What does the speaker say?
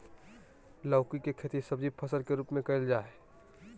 लौकी के खेती सब्जी फसल के रूप में कइल जाय हइ